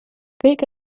kõige